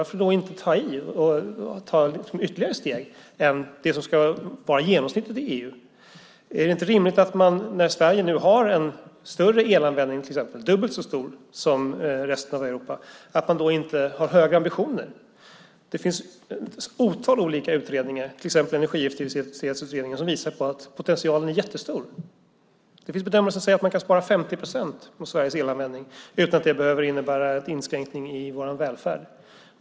Varför då inte ta i och ta ett ytterligare steg än det som ska vara genomsnittet i EU? Är det inte rimligt att man när Sverige nu har en större elanvändning, dubbelt så stor som resten av Europa, har höga ambitioner? Det finns ett otal olika utredningar, till exempel Energieffektiviseringsutredningen, som visar på att potentialen är jättestor. Det finns bedömare som säger att man kan spara 50 procent på Sveriges elanvändning utan att det behöver innebära en inskränkning i vår välfärd.